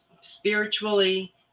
spiritually